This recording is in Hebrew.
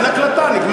אין הקלטה.